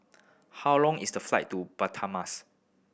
how long is the flight to Budapest